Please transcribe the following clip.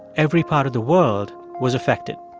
every part of the world, was affected.